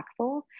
impactful